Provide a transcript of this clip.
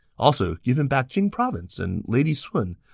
also, give him back jing province and lady sun.